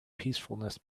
peacefulness